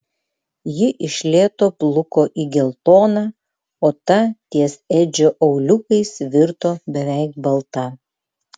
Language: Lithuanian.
ji iš lėto bluko į geltoną o ta ties edžio auliukais virto beveik balta